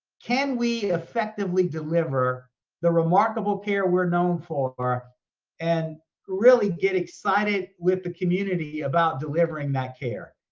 can we effectively deliver the remarkable care we're known for and really get excited with the community about delivering that care?